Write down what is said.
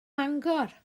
mangor